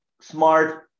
smart